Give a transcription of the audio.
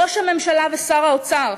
ראש הממשלה ושר האוצר,